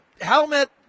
helmet